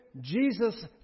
Jesus